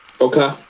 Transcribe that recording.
Okay